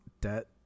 debt